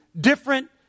different